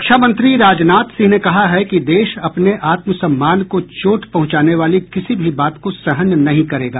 रक्षामंत्री राजनाथ सिंह ने कहा है कि देश अपने आत्म सम्मान को चोट पहुंचाने वाली किसी भी बात को सहन नहीं करेगा